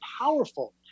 powerful